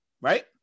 Right